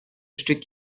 stück